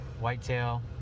whitetail